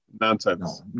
Nonsense